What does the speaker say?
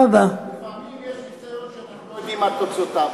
לפעמים יש ניסיון שאנחנו לא יודעים מה תוצאותיו,